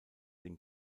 den